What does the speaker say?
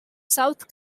south